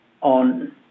on